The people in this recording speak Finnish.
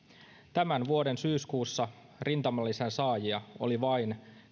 tämän vuoden syyskuussa rintamalisän saajia oli vain